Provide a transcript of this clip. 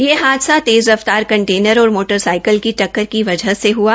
यह हादसा ते रफ्तार कंटेनर और मोटरसाइकिल की टक्कर की व ह से हआ